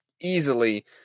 easily